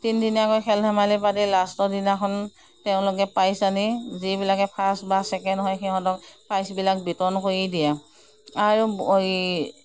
তিনিদিনীয়াকৈ খেল ধেমালি পাতি লাষ্টৰ দিনাখন তেওঁলোকে পাইছ আনি যিবিলাকে ফাৰ্ছ বা ছেকেণ্ড হয় তেওঁবিলাকক পাইছবিলাক বিতৰণ কৰি দিয়ে আৰু এই